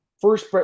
first